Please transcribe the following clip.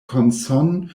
consonnes